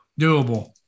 Doable